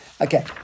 Okay